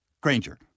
Granger